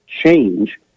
change